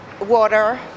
water